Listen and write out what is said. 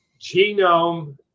genome